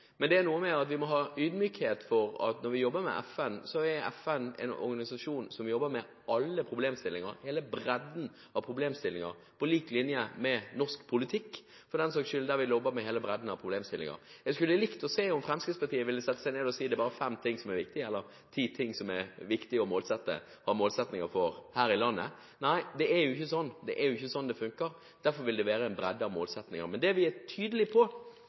men vi må ha ydmykhet når vi jobber med FN. FN er en organisasjon som jobber med alle problemstillinger – hele bredden av problemstillinger – på lik linje med norsk politikk, for den saks skyld. Jeg skulle like å se Fremskrittspartiet sette seg ned og si at det er bare fem ting som er viktige, eller ti ting som det er viktig å ha målsettinger for her i landet. Nei, det er jo ikke sånn det funker. Derfor vil det være en bredde av målsettinger. Men det vi er tydelige på,